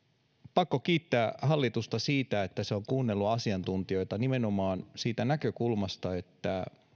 pakko kiittää hallitusta siitä että se on kuunnellut asiantuntijoita nimenomaan siitä näkökulmasta että